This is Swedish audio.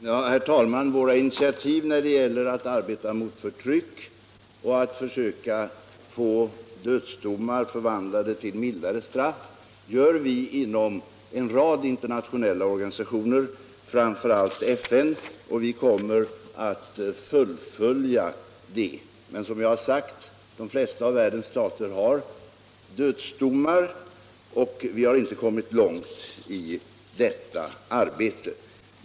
Herr talman! Våra initiativ när det gäller att arbeta mot förtryck och att försöka få dödsdomar förvandlade till mildare straff tar vi inom en rad internationella organisationer, framför allt FN, och vi kommer att fullfölja detta arbete. Men de flesta av världens stater har, som jag sagt, dödsdomar och vi har inte kommit långt i våra ansträngningar.